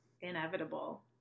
inevitable